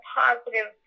positive